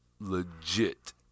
legit